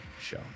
show